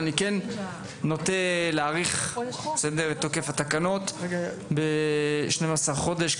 אבל אני כן נוטה להאריך את תוקף התקנות ב-12 חודש,